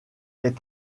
est